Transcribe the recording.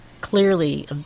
clearly